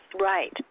Right